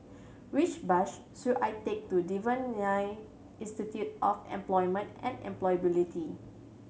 which bus should I take to Devan Nair Institute of Employment and Employability